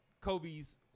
Kobe's